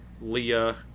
Leah